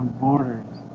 borders